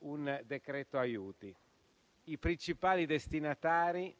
un decreto aiuti. I principali destinatari